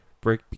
break